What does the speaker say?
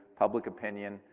public opinion,